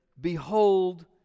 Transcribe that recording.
Behold